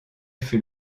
fut